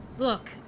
Look